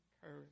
courage